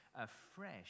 afresh